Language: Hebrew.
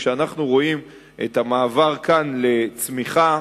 אנחנו רואים את המעבר כאן לצמיחה,